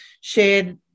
shared